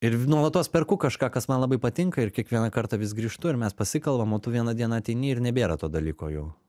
ir nuolatos perku kažką kas man labai patinka ir kiekvieną kartą vis grįžtu ir mes pasikalbam o tu vieną dieną ateini ir nebėra to dalyko jau